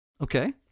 Okay